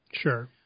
Sure